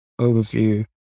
overview